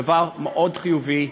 זה דבר מאוד חיובי.